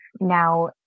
now